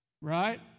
right